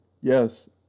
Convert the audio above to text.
Yes